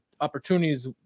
opportunities